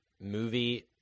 movie